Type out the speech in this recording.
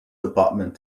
department